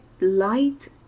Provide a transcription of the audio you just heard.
light